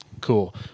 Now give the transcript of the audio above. Cool